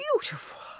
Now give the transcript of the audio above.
beautiful